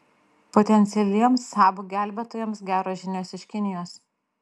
potencialiems saab gelbėtojams geros žinios iš kinijos